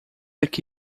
aqui